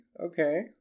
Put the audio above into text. okay